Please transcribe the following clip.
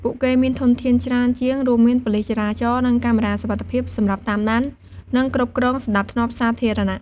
ពួកគេមានធនធានច្រើនជាង រួមមាន ប៉ូលិសចរាចរណ៍ និងកាមេរ៉ាសុវត្ថិភាព សម្រាប់តាមដាន និងគ្រប់គ្រងសណ្តាប់ធ្នាប់សាធារណៈ។